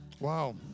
Wow